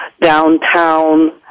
downtown